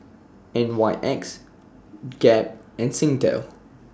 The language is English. N Y X Gap and Singtel